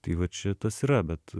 tai vat čia tas yra bet